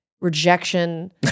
rejection